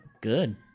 Good